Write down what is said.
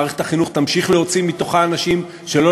מערכת החינוך תמשיך להוציא מתוכה אנשים שלא